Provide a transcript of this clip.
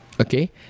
okay